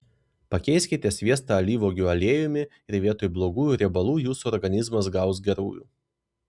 pakeiskite sviestą alyvuogių aliejumi ir vietoj blogųjų riebalų jūsų organizmas gaus gerųjų